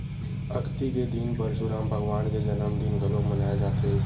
अक्ती के दिन परसुराम भगवान के जनमदिन घलोक मनाए जाथे